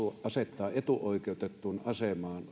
asettaa etuoikeutettuun asemaan